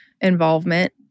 involvement